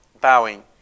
bowing